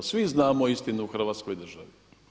Svi znamo istinu o Hrvatskoj državi.